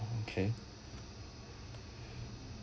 um okay